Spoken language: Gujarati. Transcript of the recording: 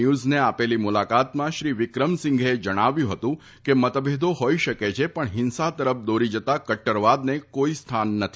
ન્યુઝને આપેલી મુલાકાતમાં શ્રી વિક્રમર્સીઘેએ જણાવ્યું હતું કે મતભેદો હોઇ શકે છે પણ હિંસા તરફ દોરી જતા કટ્ટરવાદને કોઇ સ્થાન નથી